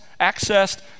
accessed